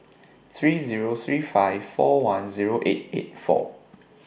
three Zero three five four one Zero eight eight four